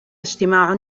اجتماع